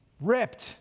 ripped